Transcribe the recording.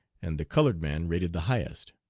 and the colored man rated the highest